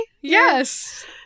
Yes